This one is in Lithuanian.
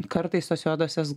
kartais tos juodosios